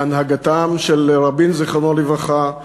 בהנהגתם של רבין, זיכרונו לברכה,